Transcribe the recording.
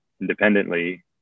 independently